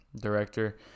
director